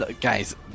Guys